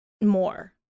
more